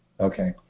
okay